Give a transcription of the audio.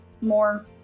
more